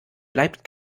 bleibt